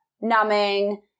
numbing